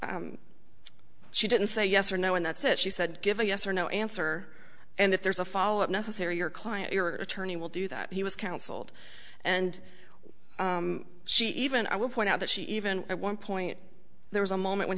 petitioner she didn't say yes or no and that's it she said give a yes or no answer and that there's a follow up necessary your client your attorney will do that he was counseled and she even i would point out that she even at one point there was a moment when